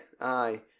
aye